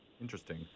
Interesting